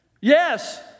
yes